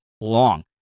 long